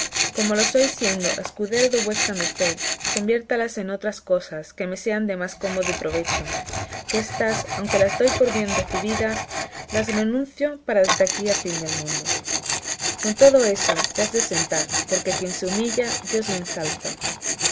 como lo soy siendo escudero de vuestra merced conviértalas en otras cosas que me sean de más cómodo y provecho que éstas aunque las doy por bien recebidas las renuncio para desde aquí al fin del mundo con todo eso te has de sentar porque a quien se humilla dios le ensalza